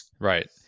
Right